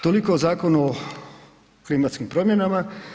Toliko o Zakonu o klimatskim promjenama.